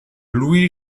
louis